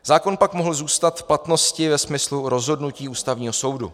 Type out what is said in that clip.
Zákon pak mohl zůstat v platnosti ve smyslu rozhodnutí Ústavního soudu.